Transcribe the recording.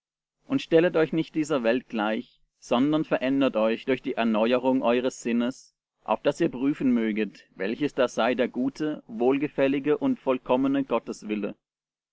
und stellet euch nicht dieser welt gleich sondern verändert euch durch die erneuerung eures sinnes auf daß ihr prüfen möget welches da sei der gute wohlgefällige und vollkommene